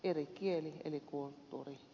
eri kieli eri kulttuuri